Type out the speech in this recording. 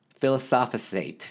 philosophize